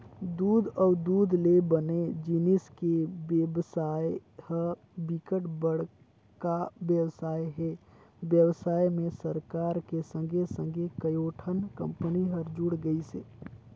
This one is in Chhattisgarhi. दूद अउ दूद ले बने जिनिस के बेवसाय ह बिकट बड़का बेवसाय हे, बेवसाय में सरकार के संघे संघे कयोठन कंपनी हर जुड़ गइसे